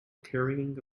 carrying